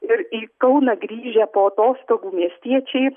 ir į kauną grįžę po atostogų miestiečiai